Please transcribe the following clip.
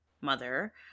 mother